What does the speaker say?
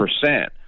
percent